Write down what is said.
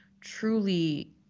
truly